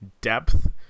depth